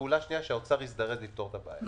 פעולה שנייה שהאוצר יזדרז לפתור את הבעיה.